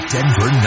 Denver